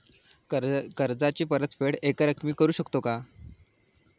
कर्जाची परतफेड एकरकमी करू शकतो का?